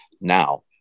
now